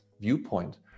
viewpoint